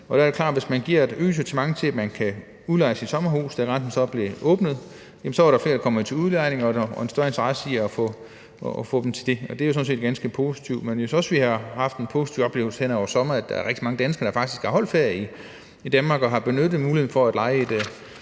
Der er det klart, at ved at man gav et øget incitament til, at man kunne udleje sit sommerhus, da grænsen blev åbnet, var der flere, der kom til udlejning, og der var en større interesse i at få dem til det. Det er sådan set ganske positivt. Jeg synes også, at vi har haft den positive oplevelse hen over sommeren, at der er rigtig mange danskere, der faktisk har holdt ferie i Danmark og har benyttet muligheden for at leje et